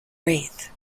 wraith